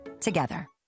together